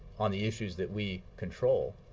on the issues that we control,